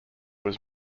was